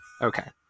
Okay